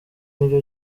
nibyo